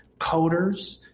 coders